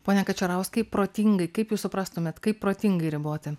pone kačerauskai protingai kaip jūs suprastumėt kaip protingai riboti